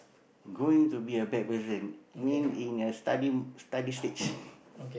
growing to be a bad person mean in a study study stage